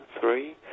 three